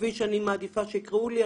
כפי שאני מעדיפה שיקראו לי,